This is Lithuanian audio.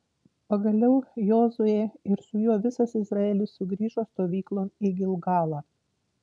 pagaliau jozuė ir su juo visas izraelis sugrįžo stovyklon į gilgalą